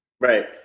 right